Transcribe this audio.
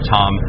Tom